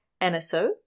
NSO